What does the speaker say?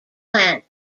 plant